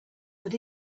but